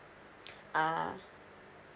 ah